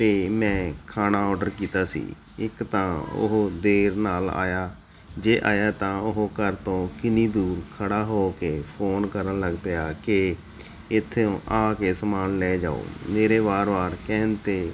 ਅਤੇ ਮੈਂ ਖਾਣਾ ਔਡਰ ਕੀਤਾ ਸੀ ਇੱਕ ਤਾਂ ਉਹ ਦੇਰ ਨਾਲ ਆਇਆ ਜੇ ਆਇਆ ਤਾਂ ਉਹ ਘਰ ਤੋਂ ਕਿੰਨੀ ਦੂਰ ਖੜ੍ਹਾ ਹੋ ਕੇ ਫੋਨ ਕਰਨ ਲੱਗ ਪਿਆ ਕਿ ਇੱਥੇ ਆ ਕੇ ਸਮਾਨ ਲੈ ਜਾਓ ਮੇਰੇ ਵਾਰ ਵਾਰ ਕਹਿਣ 'ਤੇ